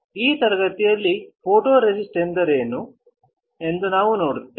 ಈ ತರಗತಿಯಲ್ಲಿ ಫೋಟೊರೆಸಿಸ್ಟ್ ಎಂದರೇನು ಎಂದು ನಾವು ನೋಡುತ್ತೇವೆ